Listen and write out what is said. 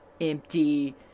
empty